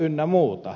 ynnä muuta